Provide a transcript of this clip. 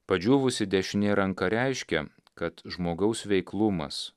padžiūvusi dešinė ranka reiškia kad žmogaus veiklumas